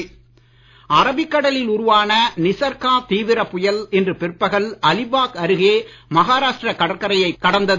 புயல் அரபிக் கடலில் உருவான நிசர்கா தீவிரப் புயல் இன்று பிற்பகல் அலிபாக் அருகே மகாராஷ்டிரா கடற்கரையை கடந்தது